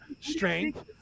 strength